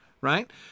right